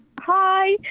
Hi